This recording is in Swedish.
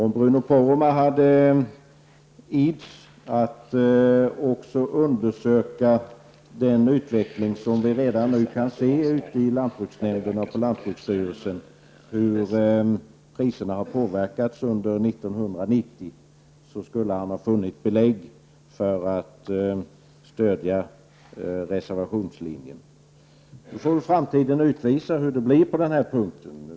Om Bruno Poromaa hade itts att undersöka den utveckling som vi redan nu kan se på lantbruksnämnderna och på lantbruksstyrelsen, dvs. hur priserna har påverkats under 1990, skulle han ha funnit belägg för att stödja reservationslinjen. Nu får framtiden utvisa hur det blir på den här punkten.